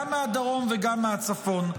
גם מהדרום וגם מהצפון.